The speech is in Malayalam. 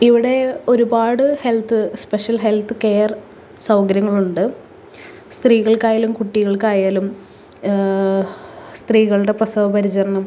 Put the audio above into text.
ഇവിടെ ഒരുപാട് ഹെൽത്ത് സ്പെഷ്യൽ ഹെൽത്ത് കെയർ സൗകര്യങ്ങളുണ്ട് സ്ത്രീകൾക്കായാലും കുട്ടികൾക്കായാലും സ്ത്രീകളുടെ പ്രസവ പരിചരണം